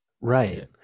right